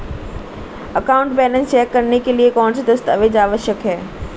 Account balance check करने के लिए कौनसे दस्तावेज़ आवश्यक हैं?